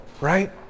right